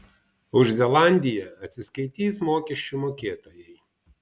už zelandiją atsiskaitys mokesčių mokėtojai